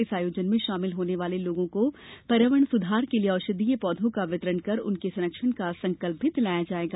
इस आयोजन में शामिल होने वाले लोगों को पर्यावरण सुधार के लिये औषधीय पौधों का वितरण कर उनके संरक्षण का संकल्प भी दिलाया जायेगा